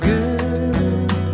Good